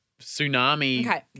tsunami